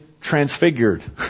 transfigured